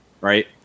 Right